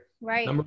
Right